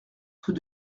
tout